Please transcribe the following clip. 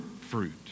fruit